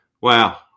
wow